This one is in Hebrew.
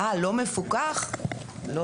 אה, לא מפוקח, לא